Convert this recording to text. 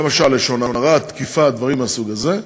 למשל לשון הרע, תקיפה, דברים מהסוג הזה.